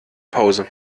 pause